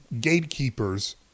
gatekeepers